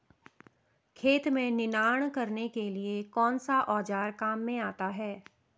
खेत में निनाण करने के लिए कौनसा औज़ार काम में आता है?